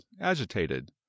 agitated